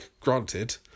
granted